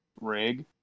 rig